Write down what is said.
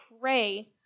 pray